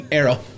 arrow